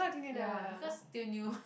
ya because still new